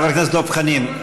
חבר הכנסת דב חנין,